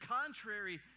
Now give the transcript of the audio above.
contrary